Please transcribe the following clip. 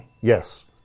Yes